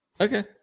Okay